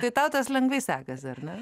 tai tau tas lengvai sekasi ar ne